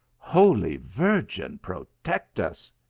holy virgin protect us!